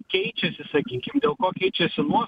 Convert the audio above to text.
keičiasi sakykim dėl ko keičiasi nuo